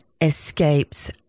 escapes